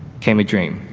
came a dream.